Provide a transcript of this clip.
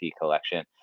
collection